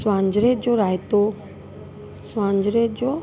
स्वांजरे जो रायतो स्वांजरे जो